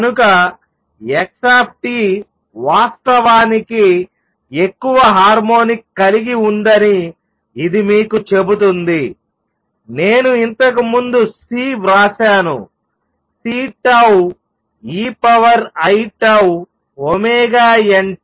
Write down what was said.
కనుకx వాస్తవానికి ఎక్కువ హార్మోనిక్ కలిగి ఉందని ఇది మీకు చెబుతుంది నేను ఇంతకు ముందు C వ్రాసాను C𝜏 ei𝝉⍵nt